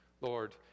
Lord